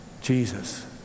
Jesus